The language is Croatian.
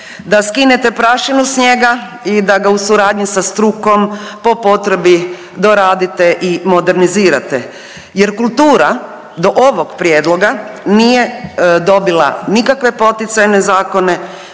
da skinete prašinu s njega i da ga u suradnji sa strukom po potrebi doradite i modernizirate jer kultura do ovog prijedloga nije dobila nikakve poticajne zakone